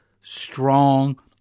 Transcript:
strong